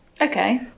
Okay